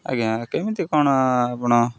ଆଜ୍ଞା କେମିତି କ'ଣ ଆପଣ